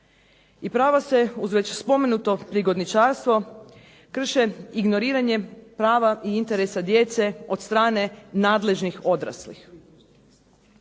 i prava se uz već spomenuto prigodničarstvo krše ignoriranjem prava i interesa djece od strane nadležnih odraslih.